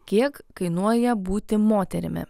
kiek kainuoja būti moterimi